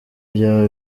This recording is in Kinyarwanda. byaba